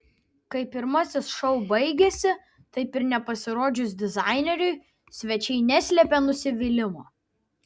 kai pirmasis šou baigėsi taip ir nepasirodžius dizaineriui svečiai neslėpė nusivylimo